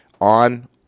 on